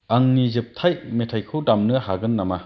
आंनि जोबथाय मेथायखौ दामनो हागोन नामा